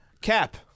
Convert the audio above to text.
Cap